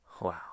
wow